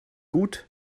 gut